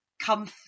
come